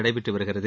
நடைபெற்று வருகிறது